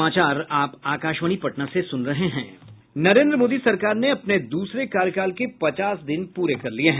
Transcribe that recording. नरेन्द्र मोदी सरकार ने अपने दूसरे कार्यकाल के पचास दिन पूरे कर लिये हैं